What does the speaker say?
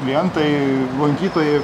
klientai lankytojai